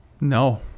No